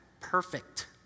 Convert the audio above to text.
perfect